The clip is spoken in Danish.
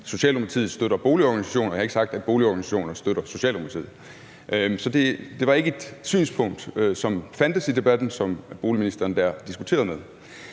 Socialdemokratiet støtter boligorganisationer. Men jeg har ikke sagt, at boligorganisationer støtter Socialdemokratiet. Så det var ikke et synspunkt, som fandtes i debatten, som boligministeren der diskuterede.